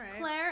Claire